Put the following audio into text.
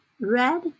Red